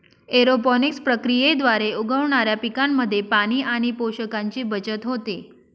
aeroponics प्रक्रियेद्वारे उगवणाऱ्या पिकांमध्ये पाणी आणि पोषकांची बचत होते